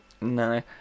No